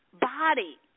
body